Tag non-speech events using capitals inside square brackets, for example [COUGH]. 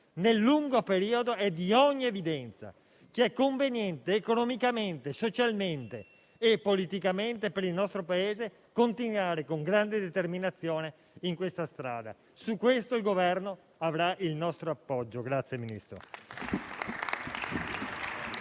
Nel lungo periodo è di ogni evidenza che è conveniente economicamente, socialmente e politicamente per il nostro Paese continuare con grande determinazione lungo tale strada. Su questo il Governo avrà il nostro appoggio. [APPLAUSE]